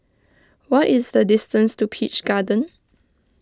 what is the distance to Peach Garden